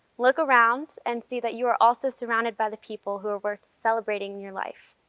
look around and see that you are also surrounded by the people who are worth celebrating in your life.